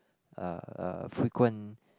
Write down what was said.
uh a frequent